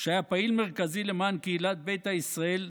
והיה פעיל מרכזי למען קהילת ביתא ישראל,